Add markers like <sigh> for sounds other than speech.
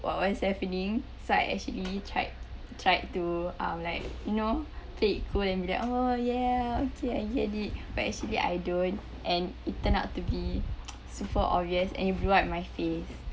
what was happening so I actually tried tried to um like you know fake and be like oh ya okay I get it but actually I don't and it turned out to be <noise> super obvious and it blew up in my face